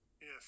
Yes